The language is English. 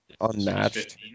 unmatched